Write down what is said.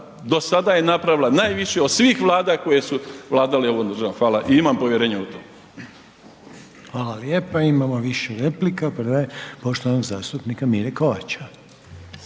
do sada je napravila najviše od svih Vlada koje su vladale ovom državom. Hvala i imam povjerenja u to. **Reiner, Željko (HDZ)** Hvala lijepa. Imamo više replika. Prva je poštovanog zastupnika Mire Kovača.